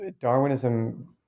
Darwinism